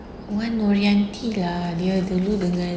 wan nuryanti lah dia dulu dengan